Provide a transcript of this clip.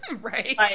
Right